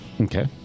Okay